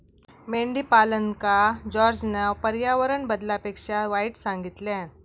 मेंढीपालनका जॉर्जना पर्यावरण बदलापेक्षा वाईट सांगितल्यान